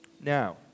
Now